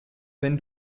wenn